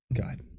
God